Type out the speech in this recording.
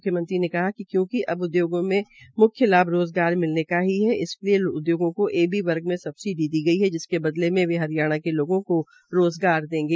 मुख्यमंत्री ने कहा कि अब उदयोगों से मुख्य लाभ रोज़गार मिलने की ही है इसलिये उदयोगों को एबी वर्ग में सबसिडी ए हो गई है जिसके बदले में वे हरियाणा के लोगों को रोज़गार देंगे